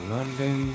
London